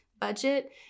budget